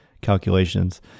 calculations